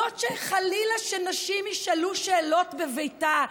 זאת שחלילה שנשים ישאלו שאלות בביתה,